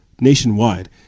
nationwide